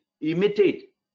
imitate